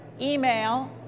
email